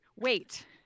Wait